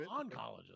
oncologist